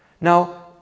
Now